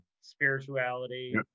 spirituality